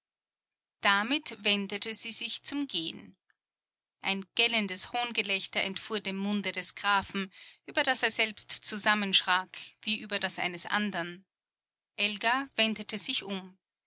damit wendete sie sich zum gehen ein gellendes hohngelächter entfuhr dem munde des grafen über das er selbst zusammenschrak wie über das eines andern elga wendete sich um